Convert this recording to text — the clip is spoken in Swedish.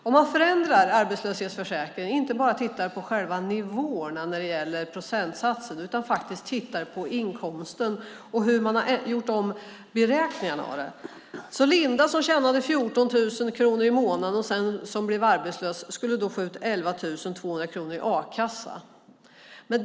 Om man förändrar arbetslöshetsförsäkringen, inte bara tittar på nivåerna när det gäller procentsatsen utan faktiskt tittar på inkomsterna och hur man gjort om beräkningarna, visar det sig att Linda, som tjänade 14 000 kronor i månaden och sedan blev arbetslös, skulle få 11 200 kronor i a-kasseersättning.